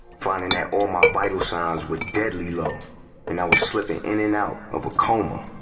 finding that all my vital signs were deadly low and i was slipping in and out of a coma.